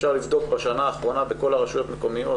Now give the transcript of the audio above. אפשר לבדוק בשנה האחרונה בכל הרשויות המקומיות